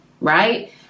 right